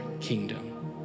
kingdom